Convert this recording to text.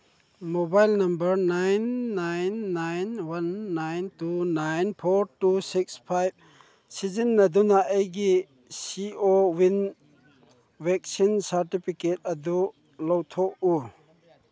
mobile number nine nine nine one nine two nine four two six five ꯁꯤꯖꯤꯟꯅꯗꯨꯅ ꯑꯩꯒꯤ CoWIN vaccine certificate ꯑꯗꯨ ꯂꯧꯊꯣꯛꯎ